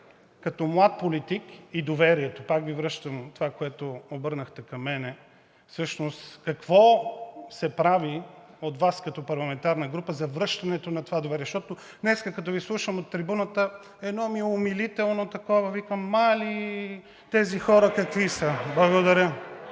като млад политик и доверието, пак Ви връщам на това, с което се обърнахте към мен, всъщност какво се прави от Вас като парламентарна група за връщането на това доверие, защото днес, като Ви слушам от трибуната, едно ми е умилително такова, викам: „Малиййй, тези хора какви са!?“ Благодаря.